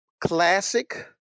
classic